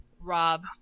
Rob